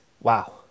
Wow